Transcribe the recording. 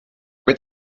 mit